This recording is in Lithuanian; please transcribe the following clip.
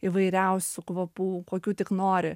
įvairiausių kvapų kokių tik nori